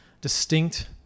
distinct